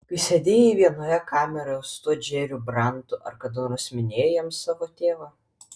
kai sėdėjai vienoje kameroje su tuo džeriu brantu ar kada nors minėjai jam savo tėvą